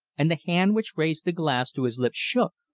and the hand which raised the glass to his lips shook.